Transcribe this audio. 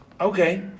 Okay